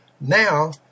now